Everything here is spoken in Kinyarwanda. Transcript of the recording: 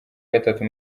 gatatu